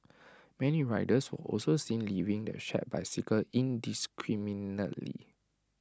many riders were also seen leaving the shared bicycles indiscriminately